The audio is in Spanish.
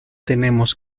tenemos